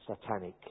satanic